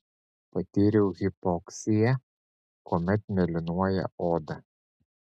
patyriau hipoksiją kuomet mėlynuoja oda